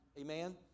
amen